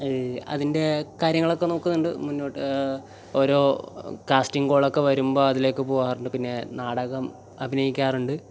അതിൻ്റെ കാര്യങ്ങളൊക്കെ നോക്കുന്നുണ്ട് മുന്നോട്ട് ഓരോ കാസ്റ്റിംഗ് കോൾ ഒക്കെ വരുമ്പോൾ അതിലേക്ക് പോകാറുണ്ട് പിന്നെ നാടകം അഭിനയിക്കാറുണ്ട്